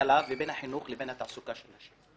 ההשכלה והחינוך לבין התעסוקה של נשים.